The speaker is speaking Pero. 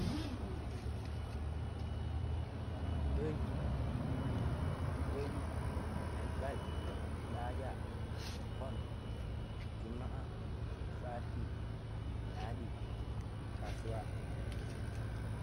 ﻿pallang shi bajji baji legal ɗajja kon jumaa sati laadi kasuwa.